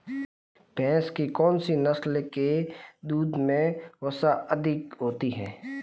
भैंस की कौनसी नस्ल के दूध में वसा अधिक होती है?